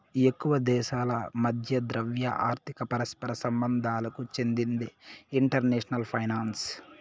ఎక్కువ దేశాల మధ్య ద్రవ్య, ఆర్థిక పరస్పర సంబంధాలకు చెందిందే ఇంటర్నేషనల్ ఫైనాన్సు